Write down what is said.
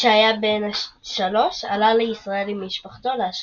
כשהיה בן שלוש, עלה לישראל עם משפחתו לאשדוד.